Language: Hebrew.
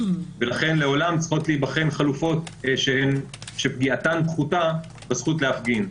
ולכן לעולם צריכות להיבחן חלופות שפגיעתן פחותה בזכות להפגין.